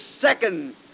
second